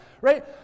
right